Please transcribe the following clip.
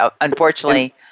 Unfortunately